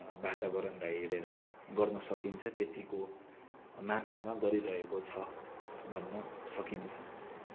वातावरणलाई हेरेर गर्न सकिन्छ त्यत्तिको मात्रामा गरिरहेको छ भन्न सकिन्छ